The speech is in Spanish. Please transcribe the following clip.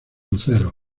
luceros